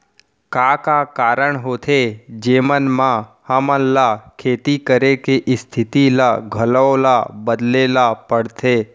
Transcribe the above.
का का कारण होथे जेमन मा हमन ला खेती करे के स्तिथि ला घलो ला बदले ला पड़थे?